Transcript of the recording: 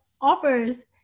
offers